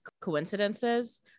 coincidences